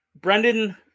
Brendan